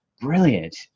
brilliant